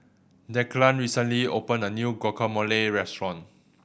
Declan recently opened a new Guacamole Restaurant